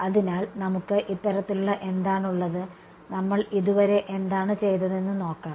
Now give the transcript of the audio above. അതിനാൽ നമുക്ക് ഇത്തരത്തിലുള്ള എന്താണുള്ളത് നമ്മൾ ഇതുവരെ എന്താണ് ചെയ്തതെന്ന് നോക്കാം